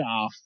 off